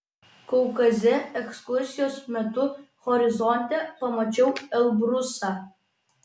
kaukaze ekskursijos metu horizonte pamačiau elbrusą